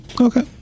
Okay